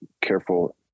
careful